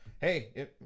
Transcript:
hey